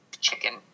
chicken